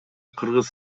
кыргыз